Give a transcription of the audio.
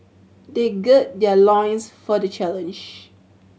they gird their loins for the challenge